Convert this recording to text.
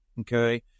okay